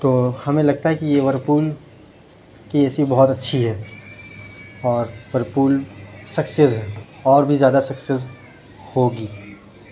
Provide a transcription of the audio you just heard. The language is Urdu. تو ہمیں لگتا ہے کہ یہ ورلپول کی اے سی بہت اچھی ہے اور ورلپول سکسیز ہے اور بھی زیادہ سکسیز ہوگی